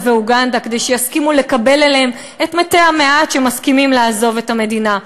ואוגנדה כדי שיסכימו לקבל אליהן את מתי המעט שמסכימים לעזוב את המדינה?